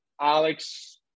Alex